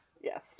Yes